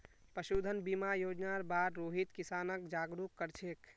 पशुधन बीमा योजनार बार रोहित किसानक जागरूक कर छेक